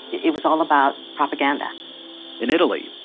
it was all about propaganda in italy,